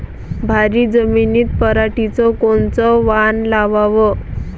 भारी जमिनीत पराटीचं कोनचं वान लावाव?